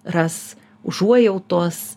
ras užuojautos